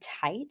tight